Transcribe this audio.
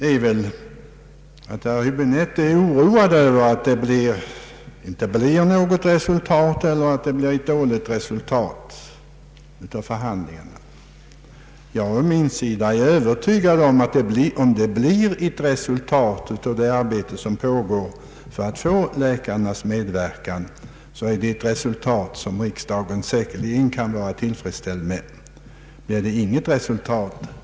— är väl att herr Höbinette är oroad över att det inte blir något resultat eller att det blir ett dåligt resultat av förhandlingarna, medan jag är övertygad om att blir det ett resultat av det arbete som pågår för att få läkarnas medverkan, så kan riksdagen vara tillfredsställd med detta resultat.